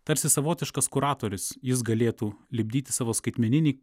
tarsi savotiškas kuratorius jis galėtų lipdyti savo skaitmeninį